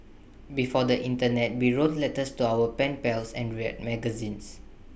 before the Internet we wrote letters to our pen pals and read magazines